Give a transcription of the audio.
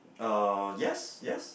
uh yes yes